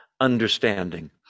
understanding